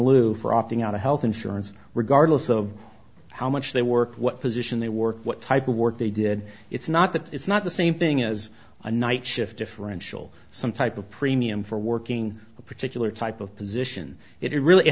loo for opting out of health insurance regardless of how much they work what position they worked what type of work they did it's not that it's not the same thing as a night shift differential some type of premium for working a particular type of position it really